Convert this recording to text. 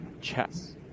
chess